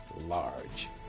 large